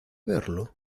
verlo